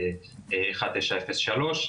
1903,